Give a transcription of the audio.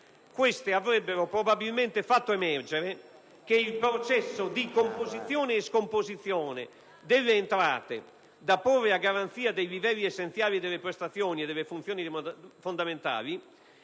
Queste avrebbero probabilmente fatto emergere che il processo di composizione e di scomposizione delle entrate, da porre a garanzia dei livelli essenziali delle prestazioni e delle funzioni fondamentali